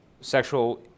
sexual